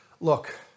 look